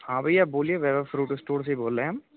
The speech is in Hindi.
हाँ भैया बोलीए वैभव फ्रूट स्टोर से ही बोल रहे हैं हम